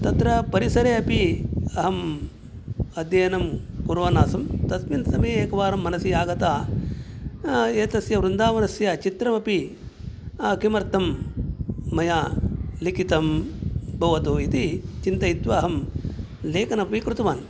तत्र परिसरे अपि अहम् अध्ययनं कुर्वन् आसम् तस्मिन् समये एकवारं मनसि आगता एतस्य वृन्दावनस्य चित्रमपि किमर्थं मया लिखितं भवतु इति चिन्तयित्वा अहं लेखनमपि कृतवान्